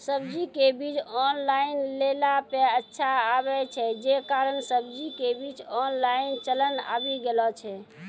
सब्जी के बीज ऑनलाइन लेला पे अच्छा आवे छै, जे कारण सब्जी के बीज ऑनलाइन चलन आवी गेलौ छै?